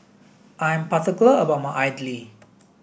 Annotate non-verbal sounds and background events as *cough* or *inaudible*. I am *unintelligible* about my idly